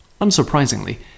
Unsurprisingly